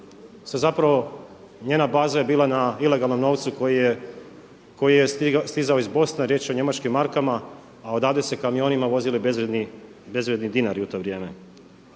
se zapravo, njena baza je bila na ilegalnom novcu koji je stizao iz Bosne. Riječ je o njemačkim markama, a odavde se kamionima vozili bezvrijedni dinari u to vrijeme.